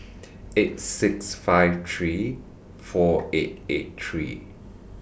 eight six five three four eight eight three